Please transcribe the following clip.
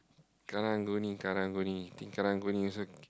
Karang-Guni Karang-Guni think Karang-Guni also k~